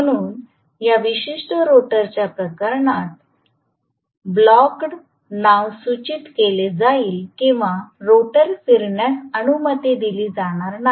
म्हणून या विशिष्ट रोटरच्या प्रकरणात ब्लॉकड नाव सूचित केले जाईल किंवा रोटर फिरण्यास अनुमती दिली जाणार नाही